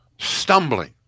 Stumbling